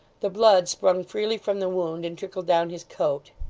the blood sprung freely from the wound, and trickled down his coat.